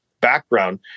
background